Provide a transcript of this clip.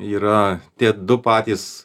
yra tie du patys